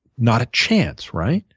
not a chance, right?